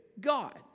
God